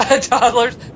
Toddlers